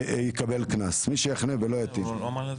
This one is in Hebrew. יקבל קנס, מי שיחנה ולא יטעין.